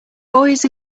boys